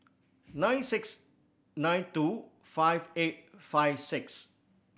nine six nine two five eight five six